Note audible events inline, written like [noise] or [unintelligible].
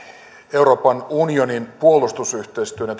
euroopan unionin puolustusyhteistyön ja [unintelligible]